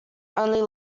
only